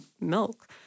milk